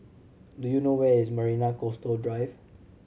do you know where is Marina Coastal Drive